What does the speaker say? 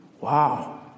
Wow